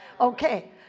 Okay